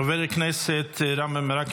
חבר הכנסת רם בן ברק,